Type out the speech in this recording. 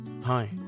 Hi